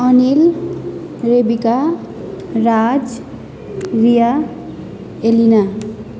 Anil Rebecca Raj Riya Elina